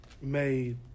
made